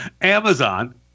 Amazon